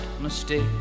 mistake